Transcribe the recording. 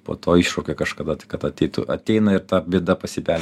po to iššaukia kažkada tai kad ateitų ateina ir ta bėda pasibels